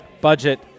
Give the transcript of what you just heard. budget